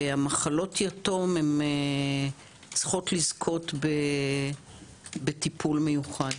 המחלות יתום צריכות לזכות בטיפול מיוחד,